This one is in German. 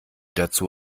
dazu